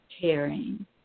caring